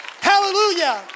Hallelujah